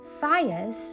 Fires